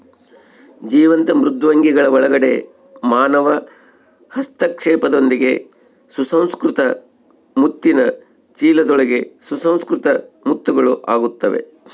ಜೀವಂತ ಮೃದ್ವಂಗಿಗಳ ಒಳಗಡೆ ಮಾನವ ಹಸ್ತಕ್ಷೇಪದೊಂದಿಗೆ ಸುಸಂಸ್ಕೃತ ಮುತ್ತಿನ ಚೀಲದೊಳಗೆ ಸುಸಂಸ್ಕೃತ ಮುತ್ತುಗಳು ಆಗುತ್ತವೆ